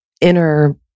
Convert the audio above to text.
inner